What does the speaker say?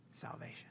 salvation